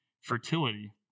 fertility